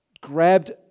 grabbed